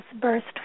burst